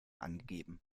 angegeben